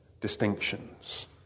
distinctions